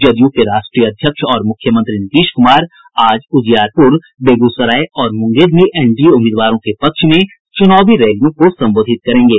जदयू के राष्ट्रीय अध्यक्ष और मुख्यमंत्री नीतीश कुमार आज उजियारपुर बेगूसराय और मुंगेर में एनडीए उम्मीदवारों के पक्ष में चुनावी रैलियों को संबोधित करेंगे